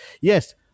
Yes